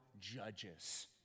judges